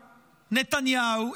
נתניהו,